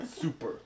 Super